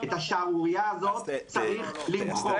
את השערורייה הזאת צריך למחוק.